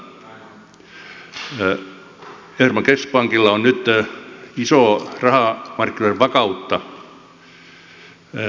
kuitenkin mielestäni kiistatta euroopan keskuspankilla on nyt iso rahamarkkinoiden vakautta turvaava rooli